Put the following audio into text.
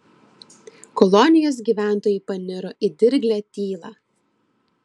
kolonijos gyventojai paniro į dirglią tylą